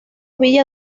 villa